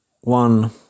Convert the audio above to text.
one